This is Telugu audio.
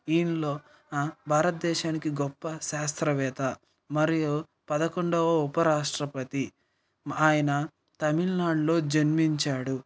ఈయనలో భారతదేశానికి గొప్ప శాస్త్రవేత మరియు పదకొండవ ఉపరాష్ట్రపతి ఆయన తమిళనాడులో జన్మించాడు